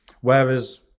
Whereas